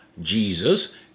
Jesus